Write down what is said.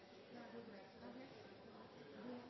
statsråd